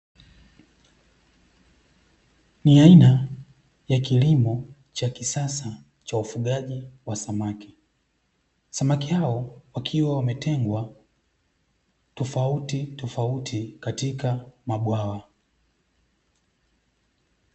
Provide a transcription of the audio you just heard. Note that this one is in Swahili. Ni namna ya kilimo cha kisasa cha ufugaji wa samaki samaki hao wakiwa wametengwa tofautitofauti katika mabwawa.